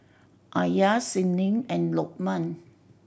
Alya Senin and Lokman